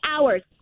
hours